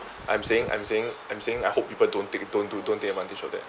I'm saying I'm saying I'm saying I hope people don't take don't do don't take advantage of that